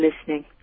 listening